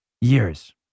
years